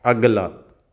ਅਗਲਾ